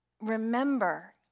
remember